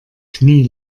knie